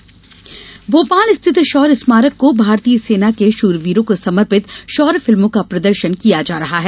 शौर्य film प्रदर्शन भोपाल स्थित शौर्य स्मारक में भारतीय सेना के शूरवीरों को समर्पित शौर्य फिल्मों का प्रदर्शन किया जा रहा है